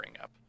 up